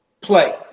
play